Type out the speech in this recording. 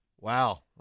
Wow